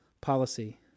policy